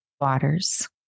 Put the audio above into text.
waters